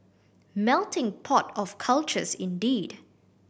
melting pot of cultures indeed